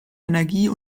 energie